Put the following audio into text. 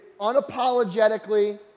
unapologetically